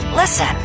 Listen